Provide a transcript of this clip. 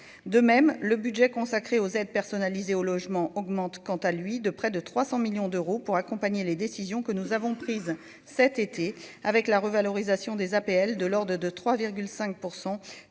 de même le budget consacré aux aides personnalisées au logement augmente quant à lui, de près de 300 millions d'euros pour accompagner les décisions que nous avons prises cet été avec la revalorisation des APL, de l'ordre de 3 5